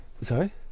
Sorry